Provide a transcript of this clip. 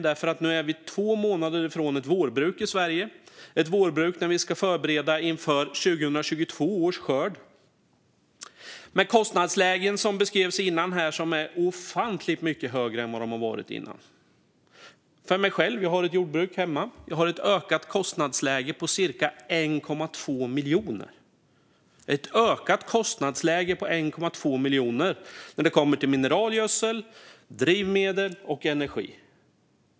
Nu är vi nämligen två månader från ett vårbruk i Sverige då vi ska förbereda inför 2022 års skörd, med kostnadslägen som beskrevs här tidigare som är ofantligt mycket högre än tidigare. Jag har själv ett jordbruk hemma med ett ökat kostnadsläge på cirka 1,2 miljoner kronor när det kommer till mineralgödsel, drivmedel och energi.